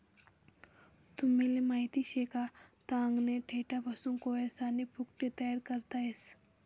तुमले माहित शे का, तागना देठपासून कोयसानी भुकटी तयार करता येस